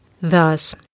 Thus